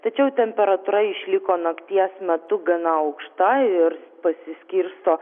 tačiau temperatūra išliko nakties metu gana aukšta ir pasiskirsto